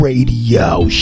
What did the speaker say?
Radio